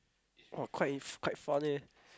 !wah! quite in~ quite fun eh